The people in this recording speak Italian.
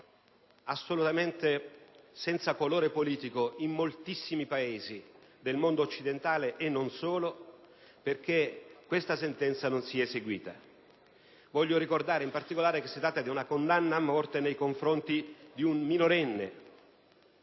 assolutamente priva di colore politico, in moltissimi Paesi del mondo occidentale, e non solo, perché quella sentenza non venisse eseguita. Voglio ricordare, in particolare, che si tratta di una condanna a morte nei confronti di una minorenne